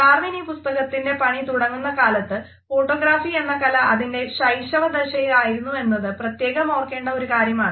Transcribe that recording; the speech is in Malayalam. ഡാർവിൻ ഈ പുസ്തകത്തിൻ്റെ പണി തുടങ്ങുന്ന കാലത്തു ഫോട്ടോഗ്രഫി എന്ന കല അതിൻ്റെ ശൈശവദിശയിൽ ആയിരുന്നുവെന്നത് പ്രത്യേകം ഓർക്കേണ്ട ഒരു കാര്യമാണ്